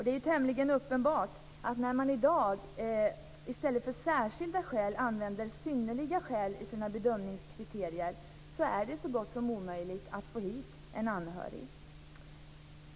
Det är tämligen uppenbart att när man i dag i stället för orden särskilda skäl använder synnerliga skäl i sina bedömningskriterier är det så gott som omöjligt att få hit en anhörig.